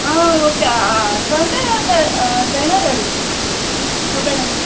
ఆ ఓకే అట్లా అంటే అట్లా అట్లైనా రెడీ ఓకేనండి